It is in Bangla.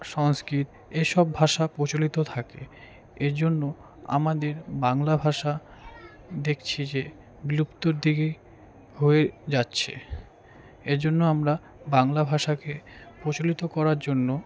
সংস্কৃত এসব ভাষা প্রচলিত থাকে এ জন্য আমাদের বাংলা ভাষা দেখছি যে বিলুপ্তর দিকেই হয়ে যাচ্ছে এজন্য আমরা বাংলা ভাষাকে প্রচলিত করার জন্য